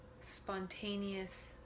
spontaneous